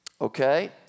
Okay